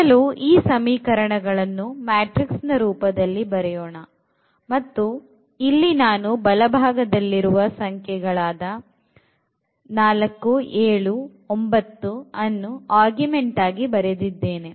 ಮೊದಲು ಈ ಸಮೀಕರಣಗಳನ್ನು matrix ರೂಪದಲ್ಲಿ ಬರೆಯೋಣ ಮತ್ತು ಇಲ್ಲಿ ನಾನು ಬಲಭಾಗದಲ್ಲಿರುವ ಸಂಖ್ಯೆಗಳ 47 ಮತ್ತು 9 ಅನ್ನು augment ಆಗಿ ಬರೆದಿದ್ದೇನೆ